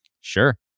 Sure